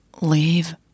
leave